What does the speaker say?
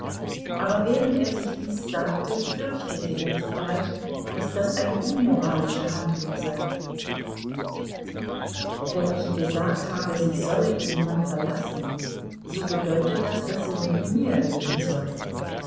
aber während er sich dies sagte fürchtete er zugleich daß das eine unmoralische handlung sei wenn ich gesagt habe sie solle ihren mann verlassen so bedeutet das daß sie mit mir leben soll